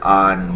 on